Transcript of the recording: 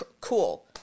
cool